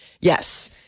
Yes